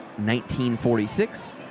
1946